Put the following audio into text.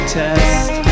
test